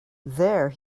there